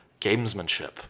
gamesmanship